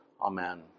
Amen